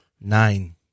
Nine